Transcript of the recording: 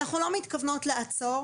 אנחנו לא מתכוונות לעצור,